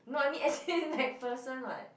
no I mean as in MacPherson [what]